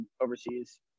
overseas